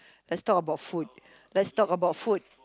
let's talk about food let's talk about food